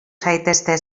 zaitezte